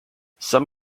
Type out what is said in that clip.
some